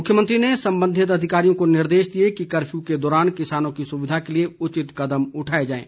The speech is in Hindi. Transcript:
मुख्यमंत्री ने संबंधित अधिकारियों को निर्देश दिए कि कफ्यू के दौरान किसानों की सुविधा के लिए उचित कदम उठाए जाएं